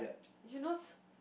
if you know s~